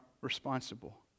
responsible